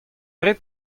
rit